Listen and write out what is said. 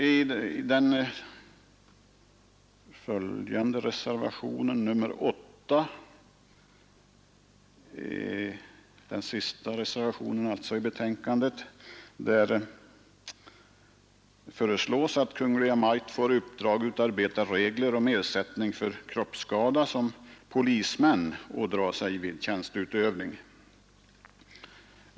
I reservationen 8, den sista reservationen vid betänkandet, föreslås att Kungl. Maj:t får i uppdrag att utarbeta regler om ersättning för kroppsskada som polismän ådrar sig vid tjänsteutövning.